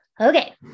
Okay